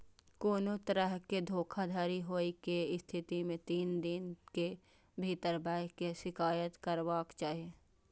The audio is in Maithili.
कोनो तरहक धोखाधड़ी होइ के स्थिति मे तीन दिन के भीतर बैंक के शिकायत करबाक चाही